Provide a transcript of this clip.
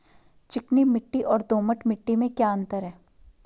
चिकनी मिट्टी और दोमट मिट्टी में क्या अंतर है?